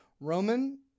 Roman